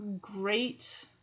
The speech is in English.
great